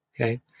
Okay